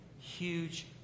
huge